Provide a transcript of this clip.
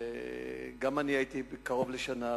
גם אני הייתי שר קרוב לשנה,